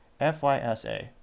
FYSA